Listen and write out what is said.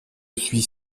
suis